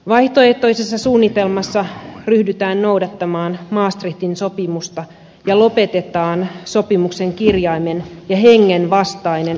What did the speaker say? vaihtoehtoisessa suunnitelmassa ryhdytään noudattamaan maastrichtin sopimusta ja lopetetaan sopimuksen kirjaimen ja hengen vastainen yhteisvastuullinen toiminta